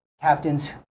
captains